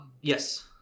Yes